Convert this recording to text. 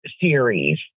series